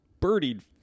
birdied